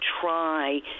try